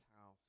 house